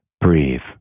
Breathe